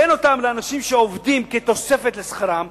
תן אותם לאנשים שעובדים כתוספת לשכרם.